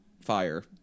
fire